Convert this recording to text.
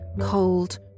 cold